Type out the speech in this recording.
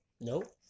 No